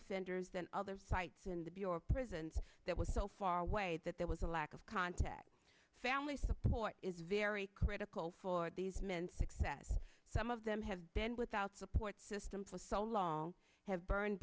ascenders and other sites in the bureau of prisons that was so far away that there was a lack of contact family support is very critical for these men success some of them have been without support system for so long have burned